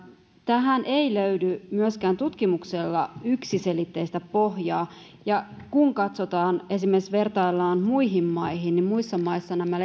tähän ei löydy myöskään tutkimuksella yksiselitteistä pohjaa ja kun esimerkiksi vertaillaan muihin maihin niin muissa maissa nämä